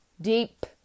deep